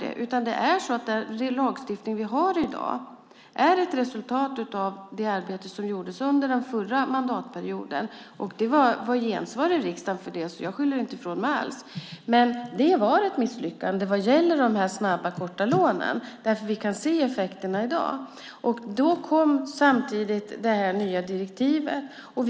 Den lagstiftning som vi har i dag är ett resultat av det arbete som gjordes under den förra mandatperioden. Det var gensvar i riksdagen för det, så jag skyller inte alls ifrån mig. Men det var ett misslyckande vad gäller de här snabba korta lånen. Vi kan se effekterna i dag. Då kom samtidigt det här nya direktivet.